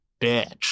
bitch